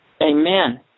Amen